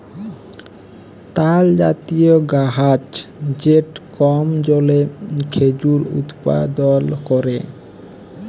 তালজাতীয় গাহাচ যেট কম জলে খেজুর উৎপাদল ক্যরে